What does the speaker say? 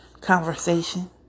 conversation